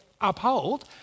uphold